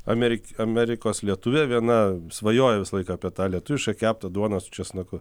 amerik amerikos lietuvė viena svajojo visą laiką apie tą lietuvišką keptą duoną su česnaku